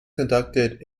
conducted